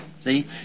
see